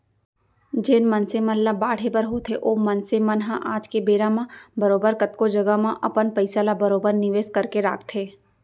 जेन मनसे मन ल बाढ़े बर होथे ओ मनसे मन ह आज के बेरा म बरोबर कतको जघा म अपन पइसा ल बरोबर निवेस करके राखथें